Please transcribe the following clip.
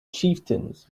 chieftains